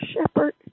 shepherd